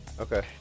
Okay